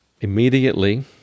immediately